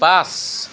পাঁচ